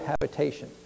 habitation